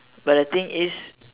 well the thing is